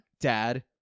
Dad